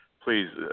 Please